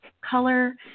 color